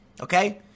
okay